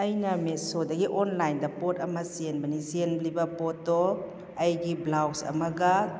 ꯑꯩꯅ ꯃꯦꯁꯣꯗꯒꯤ ꯑꯣꯟꯂꯥꯏꯟꯗ ꯄꯣꯠ ꯑꯃ ꯆꯦꯟꯕꯅꯤ ꯆꯦꯜꯂꯤꯕ ꯄꯣꯠꯇꯣ ꯑꯩꯒꯤ ꯕ꯭ꯂꯥꯎꯁ ꯑꯃꯒ